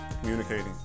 communicating